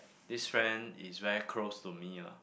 this friend is very close to me lah